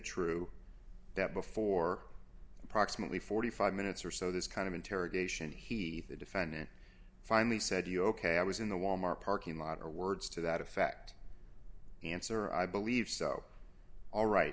true that before approximately forty five minutes or so this kind of interrogation he the defendant finally said ok i was in the wal mart parking lot or words to that effect the answer i believe so all right